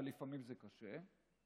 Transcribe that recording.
ולפעמים זה קשה,